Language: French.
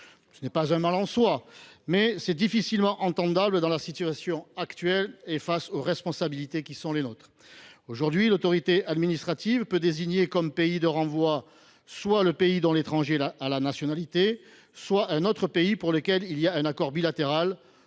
Ce n’est pas un mal en soi, mais c’est difficilement entendable dans la situation actuelle, compte tenu des responsabilités qui sont les nôtres. Aujourd’hui, l’autorité administrative peut désigner comme pays de renvoi soit le pays dont l’étranger a la nationalité, soit un autre pays avec lequel il y a un accord bilatéral,